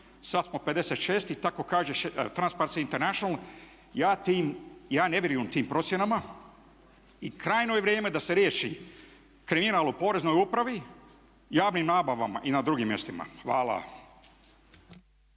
sad smo 56 tako kaže Transparency International. Ja ne vidim u tim procjenama i krajnje je vrijeme da se riješi kriminal u poreznoj upravi, javnim nabavama i na drugim mjestima. Hvala.